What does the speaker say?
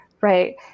Right